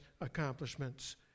accomplishments